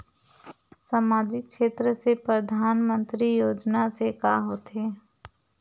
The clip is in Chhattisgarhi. सामजिक क्षेत्र से परधानमंतरी योजना से का होथे?